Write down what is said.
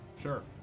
Sure